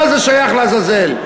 מה זה שייך לעזאזל?